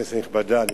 כנסת נכבדה,